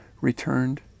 returned